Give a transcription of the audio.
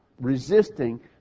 resisting